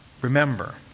Remember